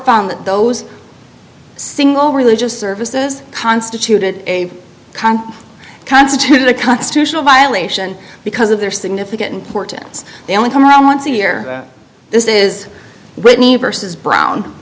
found that those single religious services constituted a count constituted a constitutional violation because of their significant importance they only come around once a year this is whitney versus brown